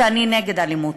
נגד אלימות,